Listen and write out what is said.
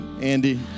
Andy